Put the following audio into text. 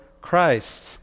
Christ